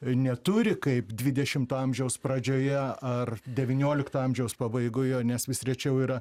neturi kaip dvidešimto amžiaus pradžioje ar devyniolikto amžiaus pabaigoje nes vis rečiau yra